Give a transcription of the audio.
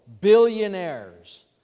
billionaires